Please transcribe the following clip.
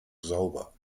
sauber